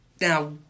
now